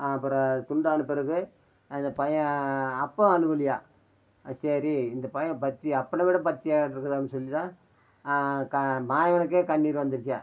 அப்புறம் துண்டான பிறகு அந்த பையன் அப்பவும் அழுவுலியாம் அது சரி இந்த பையன் பக்தி அப்பனை விட பக்தியாக இருக்கிறானு சொல்லி தான் க மாயவனுக்கே கண்ணீர் வந்துடுச்சாம்